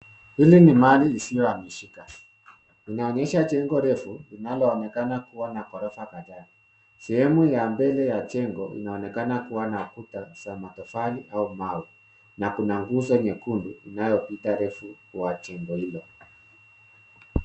Hili ni mali isiyohamishika; inaonyesha jengo refu linaloonekana kuwa na gorofa kadhaa. Sehemu ya mbele ya jengo inaonekana kuwa na kuta za matofali au mawe. Na kuna nguzo nyekundu inayopita refu kwa jengo hilo.